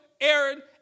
Aaron